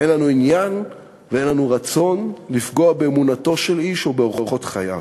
אין לנו עניין ואין לנו רצון לפגוע באמונתו של איש או באורחות חייו.